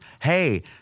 Hey